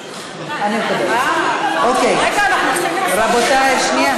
אוקיי, רבותי, שנייה.